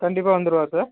கண்டிப்பாக வந்துருவாரு சார்